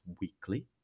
weekly